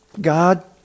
God